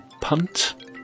punt